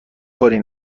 کاری